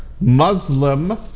Muslim